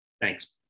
Thanks